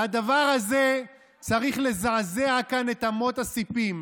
והדבר הזה צריך לזעזע כאן את אמות הסיפים.